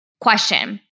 Question